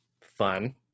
fun